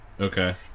Okay